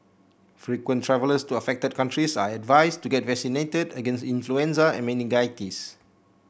frequent travellers to affected countries are advised to get vaccinated against influenza and meningitis